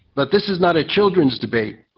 but this is not a children's debate.